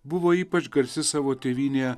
buvo ypač garsi savo tėvynėje